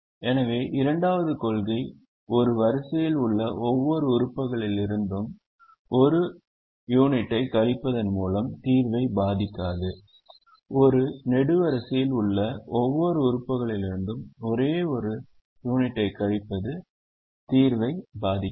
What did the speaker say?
எனவே இரண்டாவது கொள்கை ஒரு வரிசையில் உள்ள ஒவ்வொரு உறுப்புகளிலிருந்தும் ஒரு யூனிட் கழிப்பதன் மூலம் தீர்வைப் பாதிக்காது ஒரு நெடுவரிசையில் உள்ள ஒவ்வொரு உறுப்புகளிலிருந்தும் ஒரே யூனிட் கழிப்பதும் தீர்வைப் பாதிக்காது